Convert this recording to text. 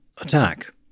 attack